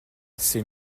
ses